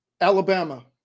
Alabama